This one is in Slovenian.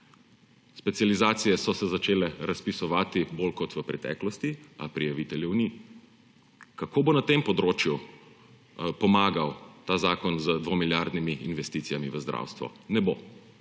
Specializacije so se začele razpisovati bolj kot v preteklosti, a prijaviteljev ni. Kako bo na tem področju pomagal ta zakon z dvomilijardnimi investicijami v zdravstvo? Ne bo.